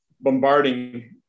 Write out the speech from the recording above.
bombarding